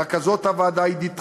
רכזות הוועדה עידית חנוכה,